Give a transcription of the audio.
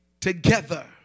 together